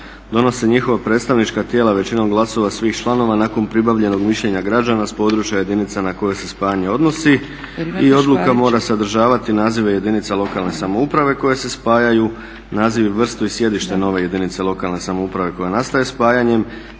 donose njihova predstavnička tijela većinom glasova svih članova nakon pribavljenog mišljenja građana s područja jedinica na koje se spajanje odnosi. I odluka mora sadržavati nazive jedinica lokalne samouprave koje se spajaju, naziv, vrstu i sjedište nove jedinice lokalne samouprave koja nastaje spajanjem